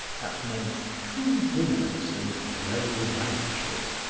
that meant two dinners and no lunches,